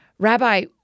Rabbi